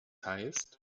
heißt